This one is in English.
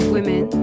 Women